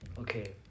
okay